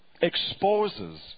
exposes